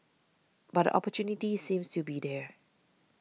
but the opportunity seems to be there